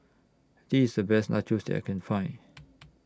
This IS A Best Nachos that I Can Find